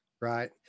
right